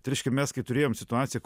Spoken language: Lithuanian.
tai reiškia mes kai turėjom situaciją